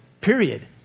period